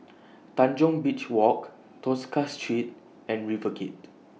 Tanjong Beach Walk Tosca Street and River Gate